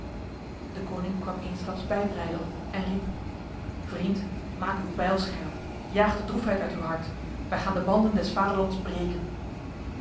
deconinck kwam eensklaps bij breydel en riep vriend maak uw bijl scherp jaag de droefheid uit uw hart wij gaan de banden des vaderlands breken